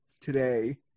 today